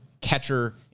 catcher